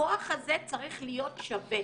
הכוח הזה צריך להיות שווה